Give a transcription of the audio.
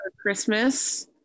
christmas